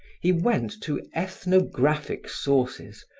he went to ethnographic sources,